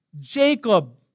Jacob